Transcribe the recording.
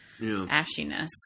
ashiness